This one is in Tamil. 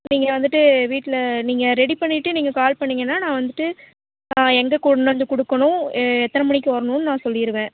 நீங்கள் வந்துட்டு வீட்டில் நீங்கள் ரெடி பண்ணிவிட்டு நீங்கள் கால் பண்ணிங்கன்னா நான் வந்துட்டு நான் எங்கே கொண்டுவந்து கொடுக்கணும் எத்தனை மணிக்கு வரணும்ன்னு நான் சொல்லிடுவேன்